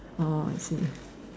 oh I see